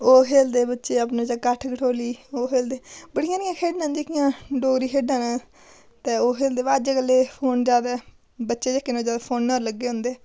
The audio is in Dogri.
ओह् खेलदे बच्चे अपने च कट्ठ कठोली ओह् खेलदे बड़ियां सारियां खेढां जेह्कियां डोगरी खेढां न ते ओह् खेलदे बाद अज्जकल दे हून ज्यादा बच्चे जेह्के न ज्यादा फोना पर लग्गे होंदे